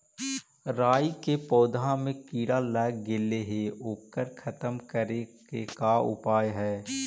राई के पौधा में किड़ा लग गेले हे ओकर खत्म करे के का उपाय है?